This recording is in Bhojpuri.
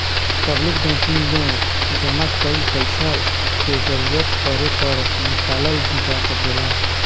पब्लिक बैंकिंग में जामा कईल पइसा के जरूरत पड़े पर निकालल भी जा सकेला